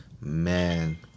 man